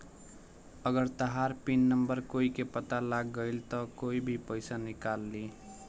अगर तहार pin number कोई के पता लाग गइल त कोई भी पइसा निकाल ली